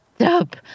stop